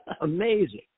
amazing